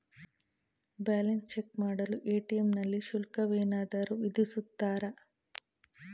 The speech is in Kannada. ಬ್ಯಾಲೆನ್ಸ್ ಚೆಕ್ ಮಾಡಲು ಎ.ಟಿ.ಎಂ ನಲ್ಲಿ ಶುಲ್ಕವೇನಾದರೂ ವಿಧಿಸುತ್ತಾರಾ?